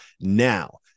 now